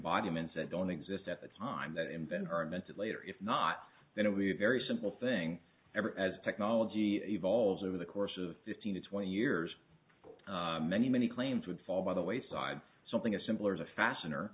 ts that don't exist at the time that invent are meant to later if not then it will be a very simple thing ever as technology evolves over the course of fifteen to twenty years many many claims would fall by the wayside something as simple as a fashion or